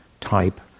type